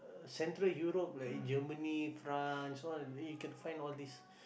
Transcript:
central Europe like Germany France all you can find all this